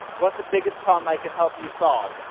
what's the biggest problem i can help you solve?